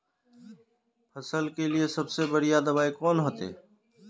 फसल के लिए सबसे बढ़िया दबाइ कौन होते?